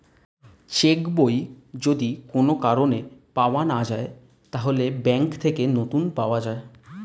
check বই যদি কোন কারণে পাওয়া না যায়, তাহলে ব্যাংক থেকে নতুন পাওয়া যায়